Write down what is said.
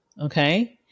okay